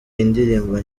indirimbo